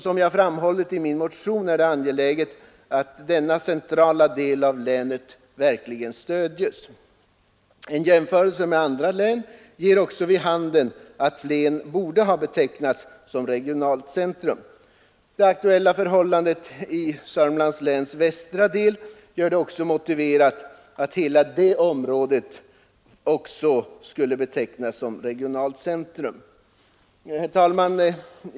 Som jag framhållit i min motion, är det angeläget att denna centrala del av länet verkligen stödjes. En jämförelse med andra län ger också vid handen att Flen borde ha betecknats som regionalt centrum. De aktuella förhållandena i länets västra del gör det också motiverat att hela detta område betecknas som ett regionalt centrum. Herr talman!